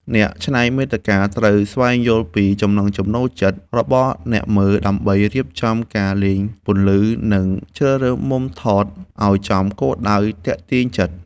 អ្នកច្នៃមាតិកាត្រូវស្វែងយល់ពីចំណង់ចំណូលចិត្តរបស់អ្នកមើល ដើម្បីរៀបចំការលេងពន្លឺ និង ជ្រើសរើសមុំថតឱ្យចំគោលដៅទាក់ទាញចិត្ត។